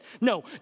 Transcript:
No